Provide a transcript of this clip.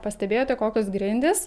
pastebėjote kokios grindys